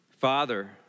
Father